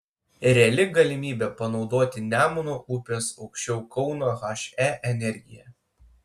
reali galimybė panaudoti nemuno upės aukščiau kauno he energiją